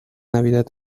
navidad